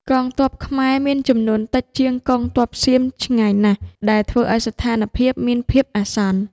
កងទ័ពខ្មែរមានចំនួនតិចជាងកងទ័ពសៀមឆ្ងាយណាស់ ដែលធ្វើឱ្យស្ថានភាពមានភាពអាសន្ន។